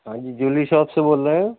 ہاں جی jewellery shop سے بول رہا ہو